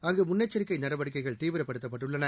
அங்கு முன்னெச்சரிக்கை நடவடிக்கைகள் தீவிரப்படுத்தப்பட்டுள்ளன